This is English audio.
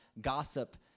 gossip